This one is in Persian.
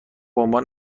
عنوان